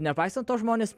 nepaisant to žmonės